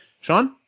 Sean